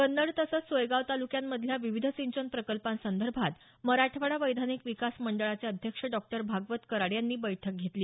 कन्नड तसंच सोयगाव तालुक्यांतल्या विविध सिंचन प्रकल्पांसंदर्भात मराठवाडा वैधानिक विकास मंडळाचे अध्यक्ष डॉ भागवत कराड यांनी बैठक घेतली